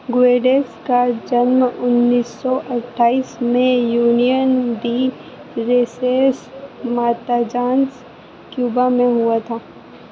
Guedes का जन्म उन्नीस सौ अट्ठाइस में Union de Reyes Matanzas Cuba में हुआ था